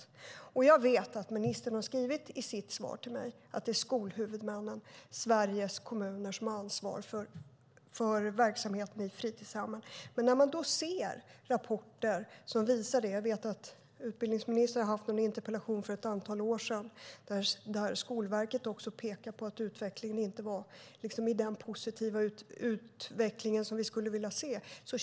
I sitt svar till mig har ministern skrivit att det är skolhuvudmännen, Sveriges kommuner, som har ansvar för verksamheten i fritidshemmen. Jag vet att utbildningsministern har haft en interpellationsdebatt för ett antal år sedan om att Skolverket också pekade på att utvecklingen inte var så positiv som vi skulle vilja se.